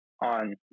on